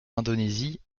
indonésie